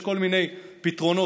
יש כל מיני פתרונות.